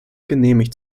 genehmigt